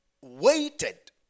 waited